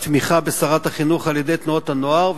התמיכה בשרת החינוך על-ידי תנועות הנוער,